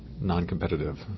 non-competitive